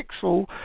Pixel